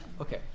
Okay